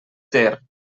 ter